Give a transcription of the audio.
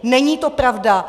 Není to pravda.